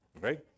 Right